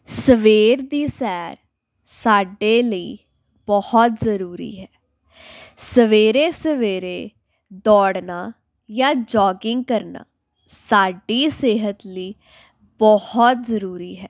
ਸਵੇਰ ਦੀ ਸੈਰ ਸਾਡੇ ਲਈ ਬਹੁਤ ਜ਼ਰੂਰੀ ਹੈ ਸਵੇਰੇ ਸਵੇਰੇ ਦੌੜਨਾ ਜਾਂ ਜੋਗਿੰਗ ਕਰਨਾ ਸਾਡੀ ਸਿਹਤ ਲਈ ਬਹੁਤ ਜ਼ਰੂਰੀ ਹੈ